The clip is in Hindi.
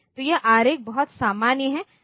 तो यह आरेख बहुत सामान्य है